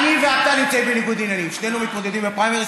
אני ואתה נמצאים בניגוד בעניינים: שנינו מתמודדים בפריימריז,